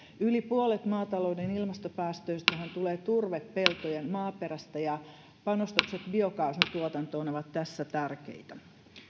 yli puolet maatalouden ilmastopäästöistähän tulee turvepeltojen maaperästä ja panostukset biokaasun tuotantoon ovat tässä tärkeitä